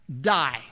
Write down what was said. die